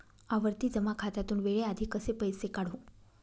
आवर्ती जमा खात्यातून वेळेआधी कसे पैसे काढू?